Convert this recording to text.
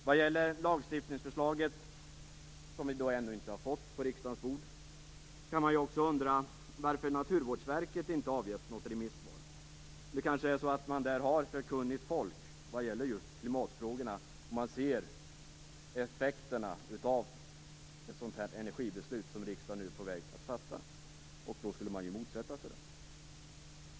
Vad gäller lagstiftningsförslaget, som vi ännu inte har fått på riksdagens bord, kan man ju också undra varför Naturvårdsverket inte har lämnat något remisssvar. Det kanske är så att man där har för kunnigt folk vad gäller just klimatfrågorna. Man ser effekterna av ett sådant energibeslut som riksdagen nu är på väg att fatta, och då skulle man motsätta sig det.